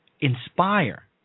inspire